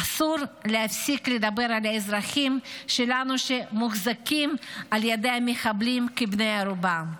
אסור להפסיק לדבר על האזרחים שלנו שמוחזקים על ידי המחבלים כבני ערובה.